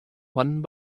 one